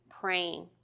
praying